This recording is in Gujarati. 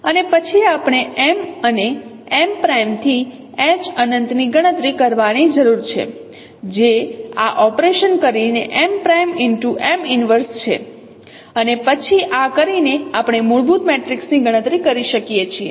અને પછી આપણે M અને M' થી H અનંતની ગણતરી કરવાની જરૂર છે જે આ ઓપરેશન કરીને છે અને પછી આ કરીને આપણે મૂળભૂત મેટ્રિક્સની ગણતરી કરી શકીએ છીએ